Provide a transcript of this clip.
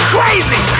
Crazy